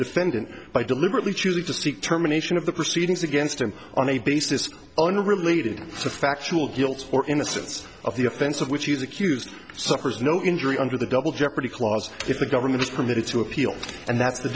defendant by deliberately choosing to seek terminations of the proceedings against him on a basis unrelated to factual guilt or innocence of the offense of which you hughes suffers no injury under the double jeopardy clause if the government is permitted to appeal and that's the